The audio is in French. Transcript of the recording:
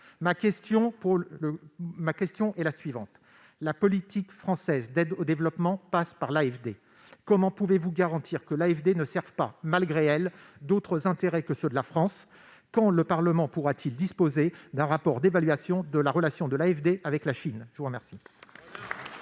Monsieur le ministre, la politique française d'aide au développement passe par l'AFD ; comment pouvez-vous garantir que cet organisme ne serve pas, malgré lui, d'autres intérêts que ceux de la France ? Quand le Parlement pourra-t-il disposer d'un rapport d'évaluation de la relation de l'AFD avec la Chine ? La parole